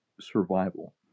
survival